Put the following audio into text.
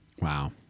Wow